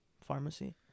pharmacy